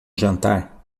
jantar